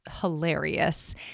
hilarious